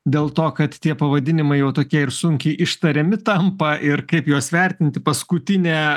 dėl to kad tie pavadinimai jau tokie ir sunkiai ištariami tampa ir kaip juos vertinti paskutinė